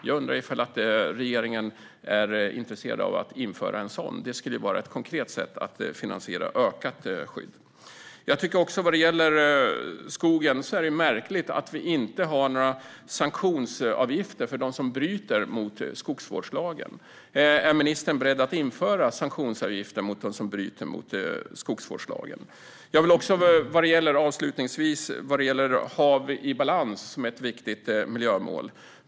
Jag undrar om regeringen är intresserad av att införa en sådan. Det skulle vara ett konkret sätt att finansiera ökat skydd. Vad gäller skogen tycker jag också att det är märkligt att vi inte har några sanktionsavgifter för dem som bryter mot skogsvårdslagen. Är ministern beredd att införa sanktionsavgifter mot dem som bryter mot skogsvårdslagen? Avslutningsvis vill jag säga några ord om det viktiga miljömålet Hav i balans.